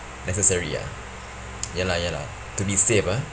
necessary ya ya lah ya lah to be safe ah